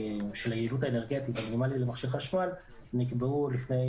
היעילות האנרגטית למכשירי חשמל נקבעו לפני